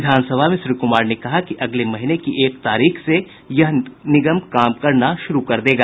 विधान सभा में श्री कुमार ने कहा कि अगले महीने की एक तारीख से यह निगम काम करना शुरु कर देगा